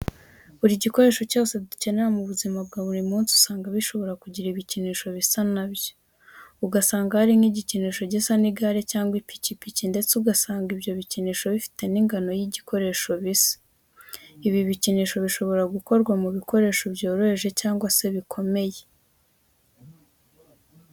Buri gikoresho cyose dukenera mu buzima bwa buri munsi usanga bishobora kugira ibikinisho bisa na byo, ugasanga hari nk'igikinisho gisa n'igare cyangwa ipikipiki ndetse ugasanga ibyo bikinisho bifite n'ingano y'igikoresho bisa. Ibi bikinisho bishobora gukorwa mu bikoresho byoroheje cyangwa se bikomeye.